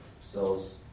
cells